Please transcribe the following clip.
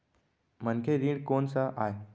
मनखे ऋण कोन स आय?